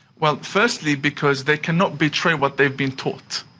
well, firstly because they cannot betray what they have been taught.